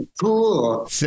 Cool